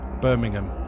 Birmingham